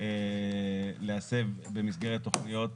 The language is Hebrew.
להסב במסגרת תוכניות,